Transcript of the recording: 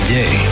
day